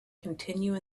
continue